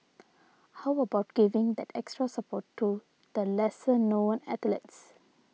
how about giving that extra support to the lesser known athletes